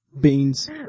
Beans